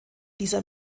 dieser